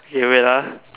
okay wait ah